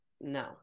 no